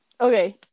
Okay